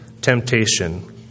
temptation